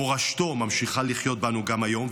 מורשתו ממשיכה לחיות בנו גם היום,